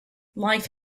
life